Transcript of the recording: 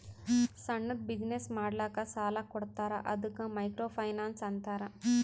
ಸಣ್ಣುದ್ ಬಿಸಿನ್ನೆಸ್ ಮಾಡ್ಲಕ್ ಸಾಲಾ ಕೊಡ್ತಾರ ಅದ್ದುಕ ಮೈಕ್ರೋ ಫೈನಾನ್ಸ್ ಅಂತಾರ